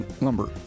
lumber